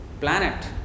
planet